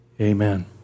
Amen